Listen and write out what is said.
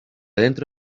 dentro